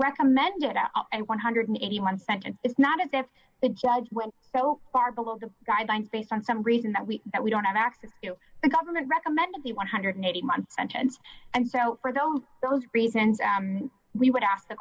recommended a one hundred and eighty one sentence it's not it that the judge went so far below the guidelines based on some reason that we that we don't have access to the government recommended the one hundred and eighty month entrance and so for those those present we would ask the